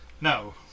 No